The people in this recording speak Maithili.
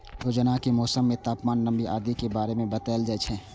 रोजानाक मौसम मे तापमान, नमी आदि के बारे मे बताएल जाए छै